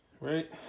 right